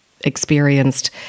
experienced